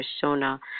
persona